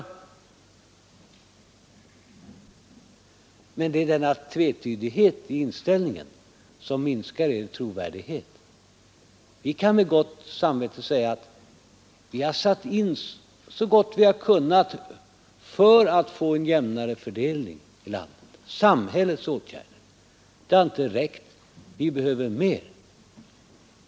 Det är emellertid denna tvetydighet i inställningen som minskar er trovärdighet. Vi kan med gott samvete säga att vi har satt in samhällets åtgärder så gott vi har kunnat för att få en jämnare fördelning i landet. Det har inte räckt — vi behöver mer.